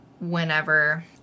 whenever